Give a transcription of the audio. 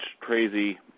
crazy